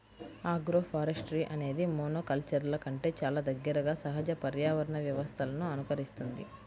agroforestry అనేది మోనోకల్చర్ల కంటే చాలా దగ్గరగా సహజ పర్యావరణ వ్యవస్థలను అనుకరిస్తుంది